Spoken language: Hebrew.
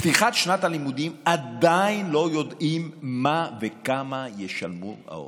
פתיחת שנת הלימודים עדיין לא יודעים מה וכמה ישלמו ההורים.